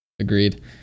Agreed